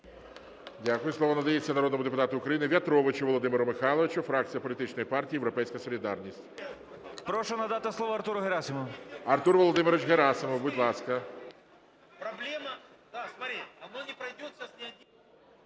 Дякую. Слово надається народному депутату України В'ятровичу Володимиру Михайловичу, фракція політичної партії "Європейська солідарність". 11:46:30 В’ЯТРОВИЧ В.М. Прошу надати слово Артуру Герасимову. ГОЛОВУЮЧИЙ. Артур Володимирович Герасимов, будь ласка.